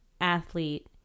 athlete